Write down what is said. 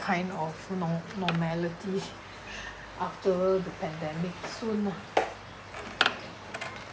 kind of nor~ normality after the pandemic soon lah